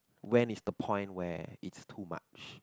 when is the point where it's too much